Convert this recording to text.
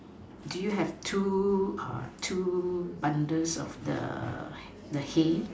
do you have two two bundles of the the hay